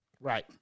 Right